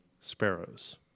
sparrows